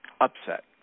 upset